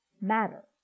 matter